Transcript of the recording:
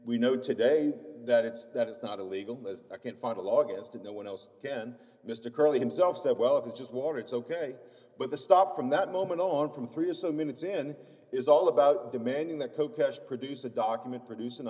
we know today that it's that it's not illegal as i can find a law against it no one else can mr chorley himself said well if it's just water it's ok but the stop from that moment on from three or so minutes in is all about demanding that coke cash produce a document produce an